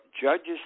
judges